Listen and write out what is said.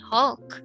Hulk